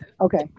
Okay